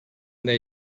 their